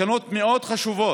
מסקנות מאוד חשובות.